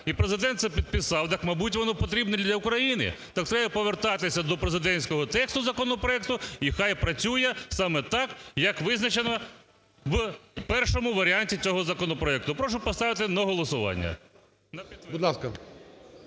і Президент це підписав, так, мабуть, воно потрібно для України? Так треба повертатися до президентського тексту законопроекту і хай працює саме так, як визначено в першому варіанті цього законопроекту. Прошу поставити на голосування… ГОЛОВУЮЧИЙ.